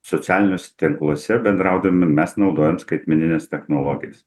socialiniuose tinkluose bendraudami mes naudojam skaitmenines technologijas